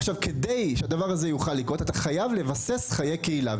עכשיו כדי שהדבר הזה יוכל לקרות אתה חייב לבסס חיי קהילה,